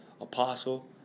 apostle